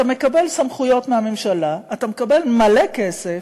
אתה מקבל סמכויות מהממשלה, אתה מקבל מלא כסף,